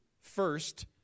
First